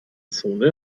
zone